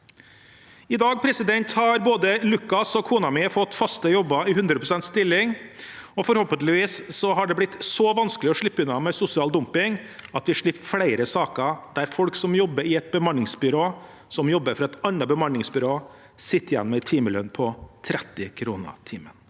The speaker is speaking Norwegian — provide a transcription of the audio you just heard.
I dag har både Lukas og kona mi fått faste jobber i 100 pst. stilling, og forhåpentligvis har det blitt så vanskelig å slippe unna med sosial dumping at vi slipper flere saker der folk som jobber i et bemanningsbyrå, som igjen jobber for et annet bemanningsbyrå, sitter igjen med en timelønn på 30 kr.